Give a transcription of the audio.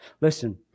Listen